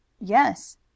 Yes